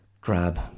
grab